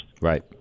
Right